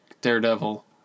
Daredevil